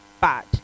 bad